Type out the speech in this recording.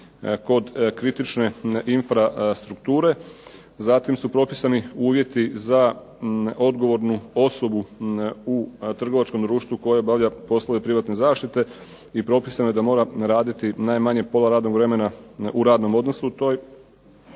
kod kritične infrastrukture. Zatim su propisani uvjeti za odgovornu osobu u trgovačkom društvu koje obavlja poslove privatne zaštite i propisano je da mora raditi najmanje pola radnog vremena u radnom odnosu u tom